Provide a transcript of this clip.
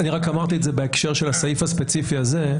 רק אמרתי את זה בהקשר של הסעיף הספציפי הזה,